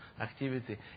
activity